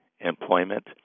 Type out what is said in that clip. employment